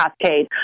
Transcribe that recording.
cascade